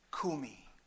kumi